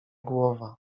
głowa